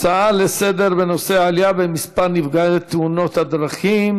הצעה לסדר-היום בנושא: עלייה במספר נפגעי תאונות הדרכים,